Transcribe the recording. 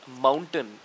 mountain